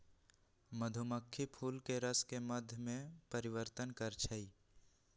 मधुमाछी फूलके रसके मध में परिवर्तन करछइ